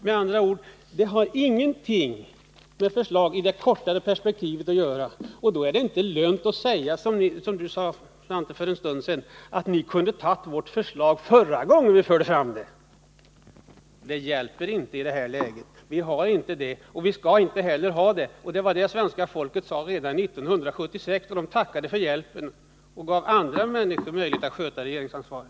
Förslaget har med andra ord ingenting att göra i det kortare perspektivet, och då är det inte lönt att säga som Svante Lundkvist sade för en stund sedan, nämligen att vi kunde ha antagit ert förslag förra gången ni förde fram det. Det hjälper inte i detta läge. Vi accepterar inte detta förslag, vilket svenska folket också sade redan 1976, då de tackade för hjälpen och gav andra människor möjlighet att ta regeringsansvaret.